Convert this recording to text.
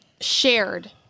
Shared